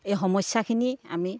এই সমস্যাখিনি আমি